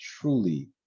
truly